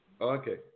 Okay